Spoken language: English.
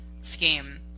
scheme